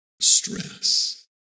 stress